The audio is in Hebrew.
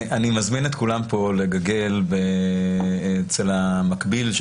אני מזמין את כולם לחפש בגוגל את המקביל של